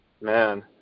man